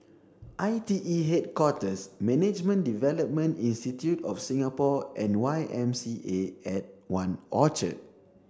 I T E Headquarters Management Development institute of Singapore and Y M C A at One Orchard